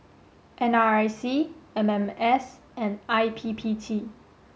N R I C M M S and I P P T